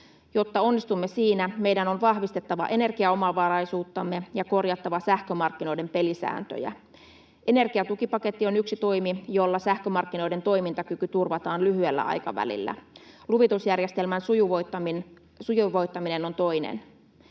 Jotta onnistumme siinä, meidän on vahvistettava energiaomavaraisuuttamme ja korjattava sähkömarkkinoiden pelisääntöjä. Energiatukipaketti on yksi toimi, jolla sähkömarkkinoiden toimintakyky turvataan lyhyellä aikavälillä. Luvitusjärjestelmän sujuvoittaminen on toinen.